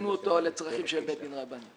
תכננו אותו לצרכים של בית דין רבני.